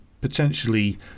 potentially